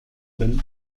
benn